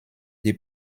die